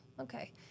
okay